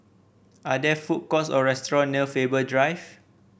are there food courts or restaurant near Faber Drive